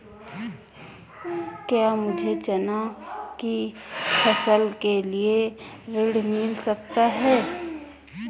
क्या मुझे चना की फसल के लिए ऋण मिल सकता है?